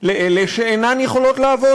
לאלה שאינן יכולות לעבוד.